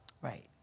Right